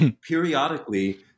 periodically